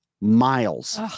miles